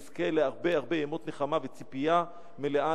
נזכה להרבה הרבה ימות נחמה וציפייה מלאה